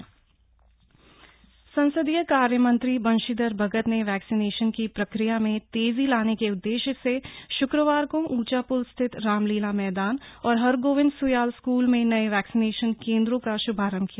vaccination केंद्रों का शुभारंभ संसदीय कार्य मंत्री बंशीधर भगत ने वैक्सीनेशन की प्रक्रिया में तेजी लाने के उद्देश्य से शुक्रवार को ऊँचापुल स्थित रामलीला मैदान और हरगोविन्द सुयाल स्कूल में नए वैक्सीनेशन केंद्रों का शुभारंभ किया